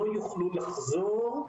לא יוכלו לחזור,